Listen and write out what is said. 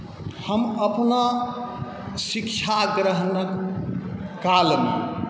हम अपना शिक्षा ग्रहणके कालमे